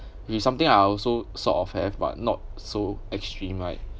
which something I also sort of have but not so extreme right